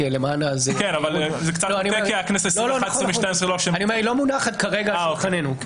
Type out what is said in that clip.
היא לא מונחת כרגע בפנינו.